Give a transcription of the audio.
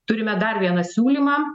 turime dar vieną siūlymą